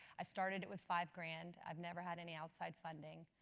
i started it with five grand. i've never had any outside funding.